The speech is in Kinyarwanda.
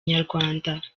nyarwanda